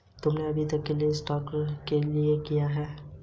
तुम अभी के लिए शॉर्ट लोन ले सकते हो